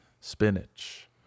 spinach